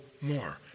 more